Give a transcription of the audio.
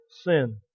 sin